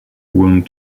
wound